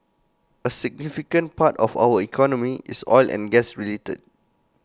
A significant part of our economy is oil and gas related